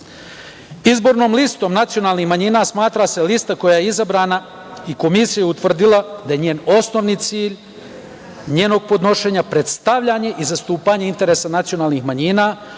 zakona. Izbornom listom nacionalnih manjina smatra se lista koja je izabrana i Komisija utvrdila da je njen osnovni cilj njenog podnošenja predstavljanje i zastupanje interesa nacionalnih manjina,